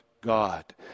God